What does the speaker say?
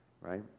right